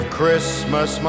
Christmas